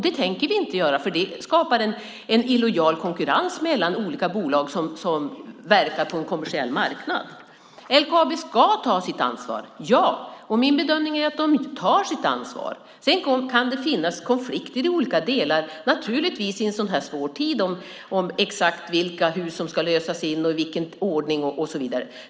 Det tänker vi inte göra eftersom det skapar en illojal konkurrens mellan olika bolag som verkar på en kommersiell marknad. LKAB ska ta sitt ansvar, och det är min bedömning att de tar sitt ansvar. Sedan kan det naturligtvis finnas konflikter i olika delar i en sådan här svår tid. Det kan handla om exakt vilka hus som ska lösas in, i vilken ordning det ska ske och så vidare.